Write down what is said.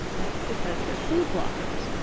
that's because they're food bloggers,